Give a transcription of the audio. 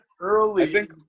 early